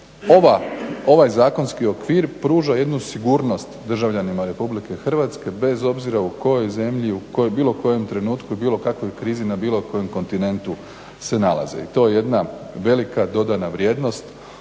ovaj zakonski okvir pruža jednu sigurnost državljanima Republike Hrvatske bez obzira u kojoj zemlji, u bilo kojem trenutku i bilo kakvoj krizi na bilo kojem kontinentu se nalaze. I to je jedna velika dodana vrijednost